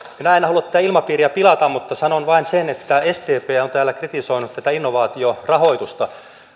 halua tätä ilmapiiriä pilata mutta sanon vain sen että sdp on täällä kritisoinut tätä innovaatiorahoitusta